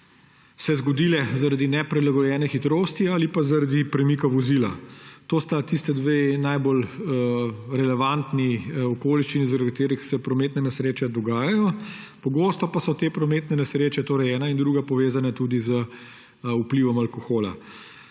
se zgodile zaradi neprilagojene hitrosti ali pa zaradi premika vozila. To sta tisti dve najbolj relevantni okoliščini, zaradi katerih se prometne nesreče dogajajo. Pogosto pa so te prometne nesreče, torej ena in druga, povezane tudi z vplivom alkohola.